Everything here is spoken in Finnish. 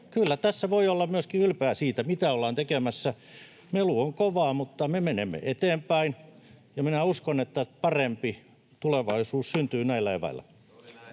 Kyllä tässä voi olla myöskin ylpeä siitä, mitä ollaan tekemässä. Melu on kovaa, mutta me menemme eteenpäin, ja minä uskon, että parempi tulevaisuus [Puhemies